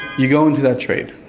you go into that trade.